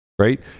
Right